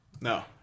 No